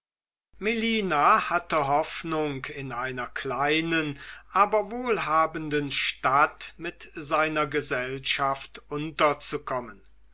melina hatte hoffnung in einer kleinen aber wohlhabenden stadt mit seiner gesellschaft unterzukommen